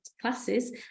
classes